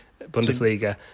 Bundesliga